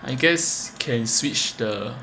I guess can switch the